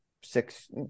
six